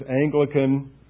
Anglican